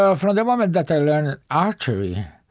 ah from the moment that i learned archery,